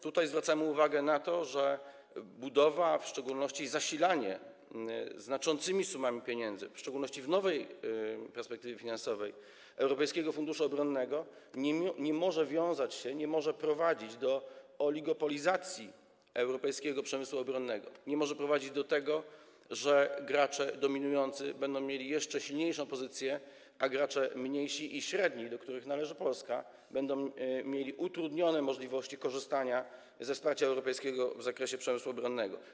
Tutaj zwracamy uwagę na to, że budowa, w szczególności zasilanie znaczącymi sumami pieniędzy w nowej perspektywie finansowej, Europejskiego Funduszu Obronnego nie może prowadzić do oligopolizacji europejskiego przemysłu obronnego, nie może prowadzić do tego, że gracze dominujący będą mieli jeszcze silniejszą pozycję, a gracze mniejsi i średni, do których należy Polska, będą mieli utrudnione możliwości korzystania ze wsparcia europejskiego w zakresie przemysłu obronnego.